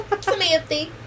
Samantha